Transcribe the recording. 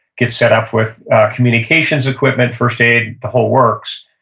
get set up with communications equipment, first aid, the whole works,